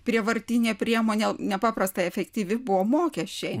prievartinė priemonė nepaprastai efektyvi buvo mokesčiai